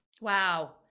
Wow